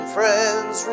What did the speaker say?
Friends